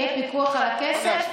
יהיה פיקוח על הכסף,